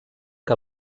que